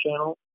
channel